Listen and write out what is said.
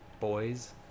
Boys